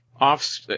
off